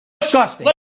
disgusting